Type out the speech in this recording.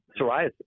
psoriasis